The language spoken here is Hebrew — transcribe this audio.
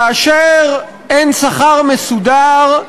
כאשר אין שכר מסודר,